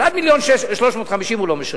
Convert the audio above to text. אבל עד 1.35 מיליון הוא לא משלם.